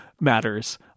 matters